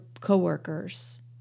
coworkers